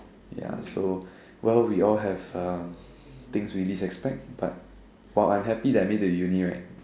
ya so well we all have um things we least expect but while I'm happy I made it to uni right